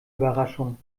überraschung